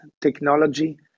technology